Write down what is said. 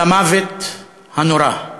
למוות נורא.